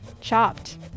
chopped